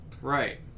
Right